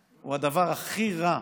הוא הדבר הכי רע,